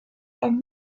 and